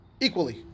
equally